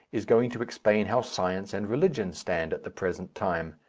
is going to explain how science and religion stand at the present time.